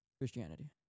Christianity